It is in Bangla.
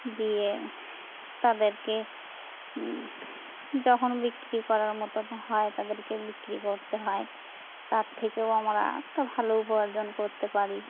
দিয়ে তাদেরকে যখন বিক্রি করার মতো হয় তাদেরকে বিক্রি করতে হয় তার থেকেও আমরা একটা ভালো উপার্জন করতে পারি